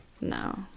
No